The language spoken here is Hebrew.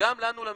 וגם לנו למשרדים,